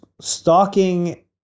Stalking